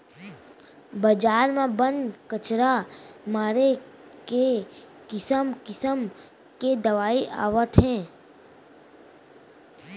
बजार म बन, कचरा मारे के किसम किसम के दवई आवत हे